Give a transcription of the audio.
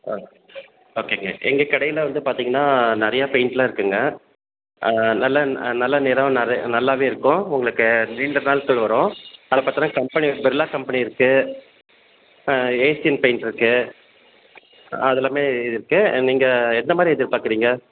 ஆ ஓகேங்க எங்கள் கடையில் வந்து பார்த்திங்கனா நிறையா பெயிண்ட் எல்லாம் இருக்குங்க நல்ல நல்ல நிறம் நிறைய நல்லாவே இருக்கும் உங்களுக்கு நீண்ட நாள்கள் வரும் அது பார்த்துனா கம்பெனி பிர்லா கம்பெனி இருக்கு ஏசியன் பெயிண்ட் இருக்கு அது எல்லாமே இருக்கு நீங்கள் எந்தமாதிரி எதிர்பாக்குறிங்க